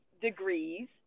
degrees